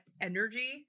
energy